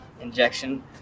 injection